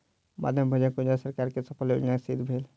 मध्याह्न भोजन योजना सरकार के सफल योजना सिद्ध भेल